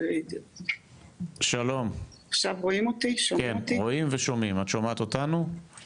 אנחנו לצערי לא מצליחים להעלות את משרד התרבות